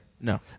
No